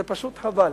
זה פשוט חבל.